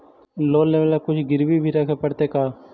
Loan लेबे ल कुछ गिरबी भी रखे पड़तै का?